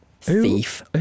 Thief